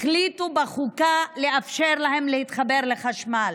החליטו בחוקה לאפשר להם להתחבר לחשמל.